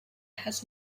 has